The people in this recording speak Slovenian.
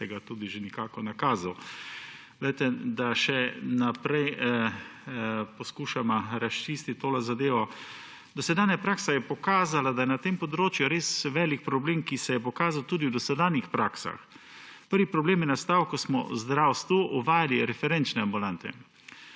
ste tudi že nekako nakazali. Poglejte, da še naprej poskušava razčistiti tole zadevo. Dosedanja praksa je pokazala, da je na tem področju res velik problem, ki se je pokazal tudi v dosedanjih praksah. Prvi problem je nastal, ko smo v zdravstvu uvajali referenčne ambulante,